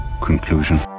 Conclusion